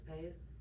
pays